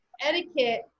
etiquette